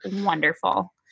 wonderful